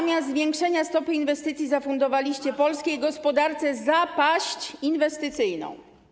Zamiast zwiększenia stopy inwestycji, zafundowaliście polskiej gospodarce zapaść inwestycyjną.